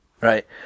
Right